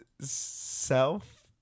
self